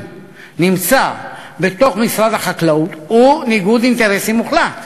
נמצא במשרד החקלאות הוא ניגוד אינטרסים מוחלט.